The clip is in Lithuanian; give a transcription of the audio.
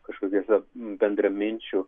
kažkokiuose bendraminčių